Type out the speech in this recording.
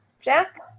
Jack